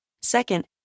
Second